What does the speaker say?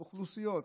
אוכלוסיות,